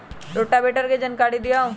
Rotavator के जानकारी दिआउ?